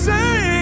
Say